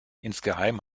insgeheim